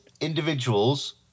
individuals